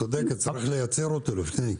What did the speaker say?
צודקת, צריך לייצר אותו לפני.